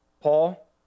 Paul